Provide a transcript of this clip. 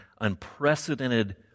unprecedented